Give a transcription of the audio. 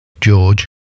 George